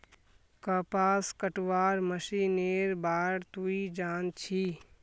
कपास कटवार मशीनेर बार तुई जान छि